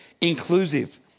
inclusive